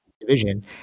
division